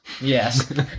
Yes